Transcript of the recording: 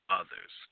others